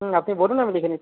হুম আপনি বলুন আমি লিখে নিচ্ছি